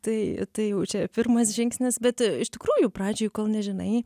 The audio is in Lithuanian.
tai tai jau čia pirmas žingsnis bet iš tikrųjų pradžioj kol nežinai